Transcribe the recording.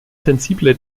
sensible